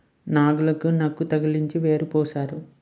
నాగలికి నక్కు తగిలించి యేరు పూశారు